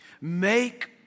Make